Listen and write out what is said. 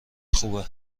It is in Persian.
خوبه